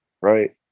Right